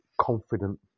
confident